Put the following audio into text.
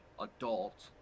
adult